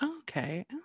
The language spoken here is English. okay